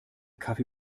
kaffee